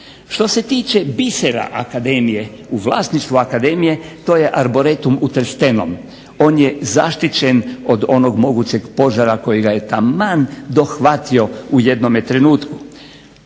Što se tiče bisera akademije, u vlasništvu akademije to je Arboretum u Trstenom, on je zaštićen od onog mogućeg požara koji ga je taman dohvatio u jednome trenutku.